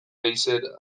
leizera